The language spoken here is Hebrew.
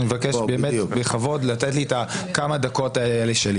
אני מבקש בכבוד לתת לי את כמה הדקות האלה.